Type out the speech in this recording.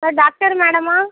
hello doctor மேடமா